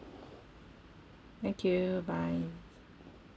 thank you bye